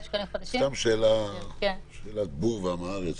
שקלים חדשים;"; סתם שאלה של בור ועם הארץ